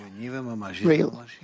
real